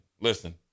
listen